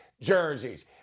jerseys